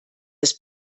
des